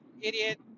idiot